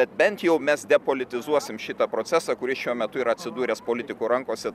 bet bent mes depolitizuosim šitą procesą kuris šiuo metu yra atsidūręs politikų rankose